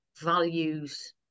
values